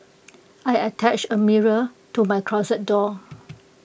I attached A mirror to my closet door